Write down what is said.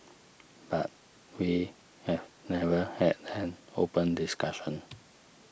but we have never had an open discussion